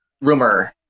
rumor